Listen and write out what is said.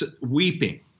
Weeping